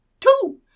two